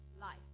life